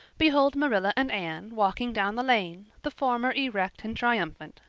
behold marilla and anne walking down the lane, the former erect and triumphant,